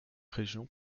régions